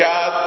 God